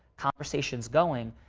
conversations going.